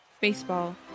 Baseball